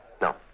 No